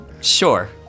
Sure